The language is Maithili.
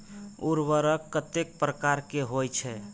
उर्वरक कतेक प्रकार के होई छै?